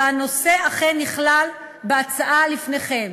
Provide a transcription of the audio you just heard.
והנושא אכן נכלל בהצעה שלפניכם.